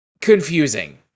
confusing